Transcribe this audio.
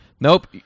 Nope